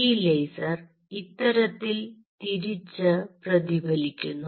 ഈ ലേസർ ഇത്തരത്തിൽ തിരിച്ച് പ്രതിഫലിക്കുന്നു